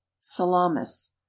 Salamis